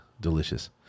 Delicious